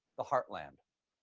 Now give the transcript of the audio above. the heartland.